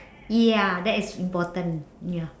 ya that is important ya